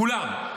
כולם.